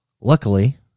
luckily